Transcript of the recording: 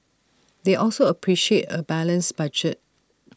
they also appreciate A balanced budget